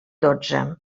dotze